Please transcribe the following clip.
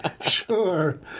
sure